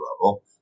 level